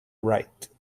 wright